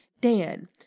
Dan